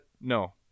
No